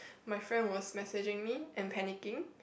my friend was messaging me and panicking